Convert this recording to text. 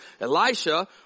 Elisha